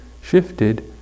shifted